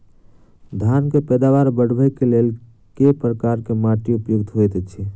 धान केँ पैदावार बढ़बई केँ लेल केँ प्रकार केँ माटि उपयुक्त होइत अछि?